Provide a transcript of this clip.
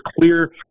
clear